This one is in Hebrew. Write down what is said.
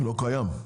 לא קיים.